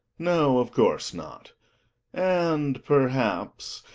no, of course not and, perhaps,